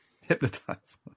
Hypnotize